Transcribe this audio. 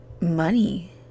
money